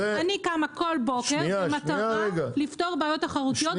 אני קמה בכל בוקר במטרה לפתור בעיות תחרותיות.